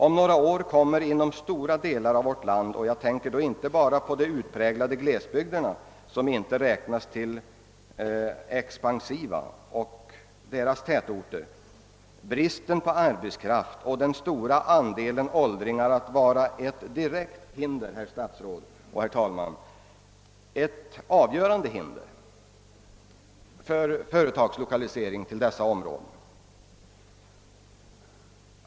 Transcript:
Om några år kommer inom stora delar av vårt land — jag tänker då inte bara på de utpräglade glesbygderna, som inte räknas som expansiva, och deras tätorter — bristen på arbetskraft och den stora andelen åldringar att vara ett direkt avgörande hinder, herr statsråd, för företagslokalisering till dessa områden.